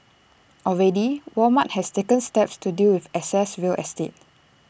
already Walmart has taken steps to deal with excess real estate